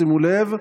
שימו לב,